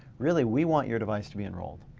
really we want your device to be enrolled.